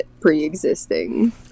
Pre-existing